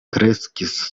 kreskis